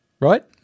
right